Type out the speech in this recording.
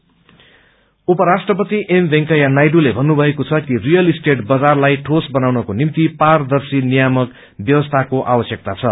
MICE प्रेज उपराष्ट्रपति M Venkaiah लायडूले भन्नुभएको छ कि रियल स्टेट बजारलाई ठोस बनाउनको निम्ति पारदर्शी नियामक व्यवस्थाको आवश्यकता छ